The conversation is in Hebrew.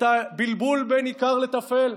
את הבלבול בין עיקר לטפל?